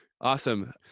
Awesome